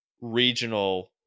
regional